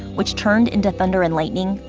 which turned into thunder and lightning,